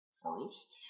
Forest